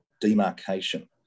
demarcation